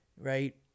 right